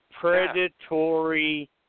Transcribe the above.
predatory